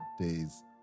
days